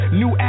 new